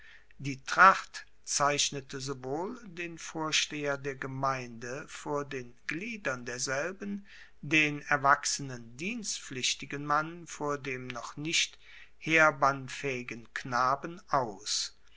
die tracht zeichnete wohl den vorsteher der gemeinde vor den gliedern derselben den erwachsenen dienstpflichtigen mann vor dem noch nicht heerbannfaehigen knaben aus